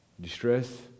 distress